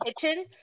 kitchen